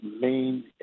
main